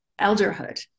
elderhood